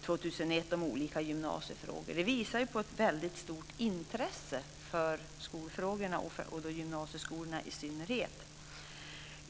2001 om olika gymnasiefrågor. Det visar på ett väldigt stort intresse för skolfrågorna och för gymnasieskolorna i synnerhet.